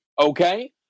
Okay